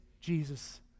Jesus